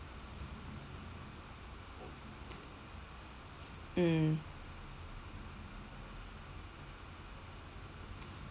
mm